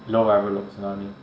low viral loads you know what I mean